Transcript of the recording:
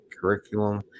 curriculum